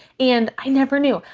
and i never knew.